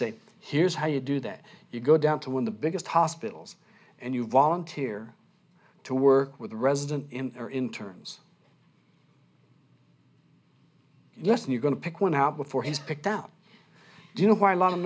say here's how you do that you go down to one the biggest hospitals and you volunteer to work with a resident or in terms yes and you're going to pick one up before he's picked out do you know why a lot of